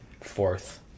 fourth